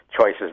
choices